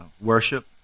worship